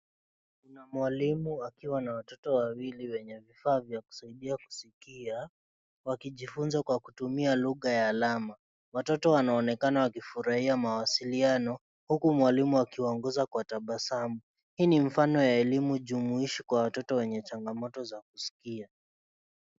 Kuna mwalimu akiwa na watoto wawili wenye vifaa vya kutumia kusikia, wakijifunza kwa kutumia lugha ya alama. Watoto wanaonekana wakifurahia mawasiliano, huku mwalimu akiwaongoza kwa tabasamu. Hii ni mfano ya elimu jumuishi kwa watoto wenye changamoto za kusikia.